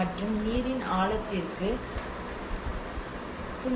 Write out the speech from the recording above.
மற்றும் நீரின் ஆழத்திற்கு 0